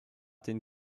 den